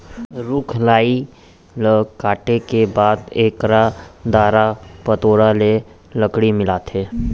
रूख राई ल काटे के बाद एकर डारा पतोरा ले लकड़ी मिलथे